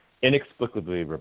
Inexplicably